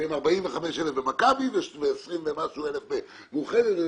שהם 45,000 במכבי ו-20 ומשהו אלף במאוחדת,